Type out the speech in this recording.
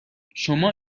شما